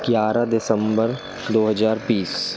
ग्यारह दिसंबर दो हज़ार बीस